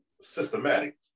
systematic